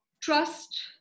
Trust